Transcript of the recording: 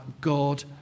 God